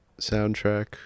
soundtrack